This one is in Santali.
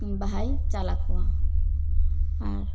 ᱵᱟᱦᱟᱭ ᱪᱟᱞ ᱟᱠᱚᱣᱟ ᱟᱨ